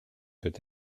peut